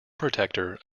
protector